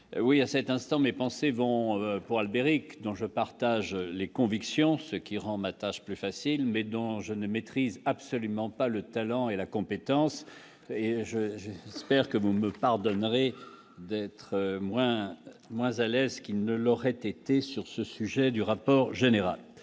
oui, à cet instant, mes pensées vont pour Albéric dont je partage les convictions, ce qui rend ma tâche plus facile mais dont je ne maîtrise absolument pas le talent et la compétence et je, je, c'est-à-dire que vous me pardonnerez d'être moins moins à aise ce qui ne l'auraient été sur ce sujet du rapport général